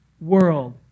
world